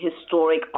historic